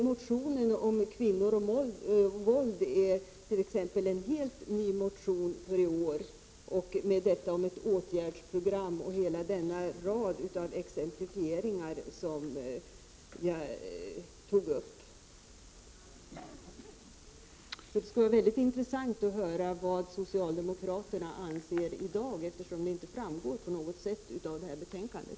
Motionen om kvinnor och våld är t.ex. en helt ny motion för i år, med förslag om åtgärdsprogram och hela raden av exemplifieringar som jag tog upp. Det skulle vara intressant att höra vad socialdemokraterna anser i dag, eftersom det inte framgår på något sätt av betänkandet.